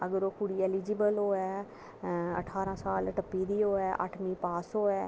अगर ओह् कुड़ी एलीजिबल होऐ अठारां साल टप्पी दी होऐ अठमीं पास होऐ